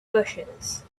bushes